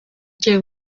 ngiye